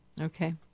Okay